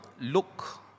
look